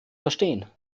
verstehen